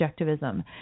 objectivism